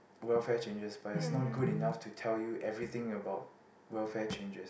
welfare changes but is not good enough to tell you everything about welfare changes